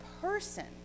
person